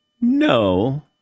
No